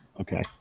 Okay